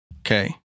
Okay